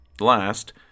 last